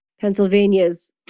Pennsylvania's